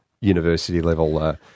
university-level